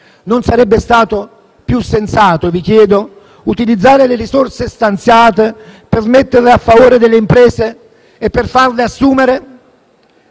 non sarebbe stato più sensato utilizzare le risorse stanziate per metterle a favore delle imprese e per farle assumere.